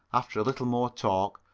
after a little more talk,